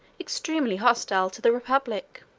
extremely hostile to the republic.